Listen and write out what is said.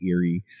eerie